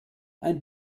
ein